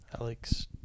Alex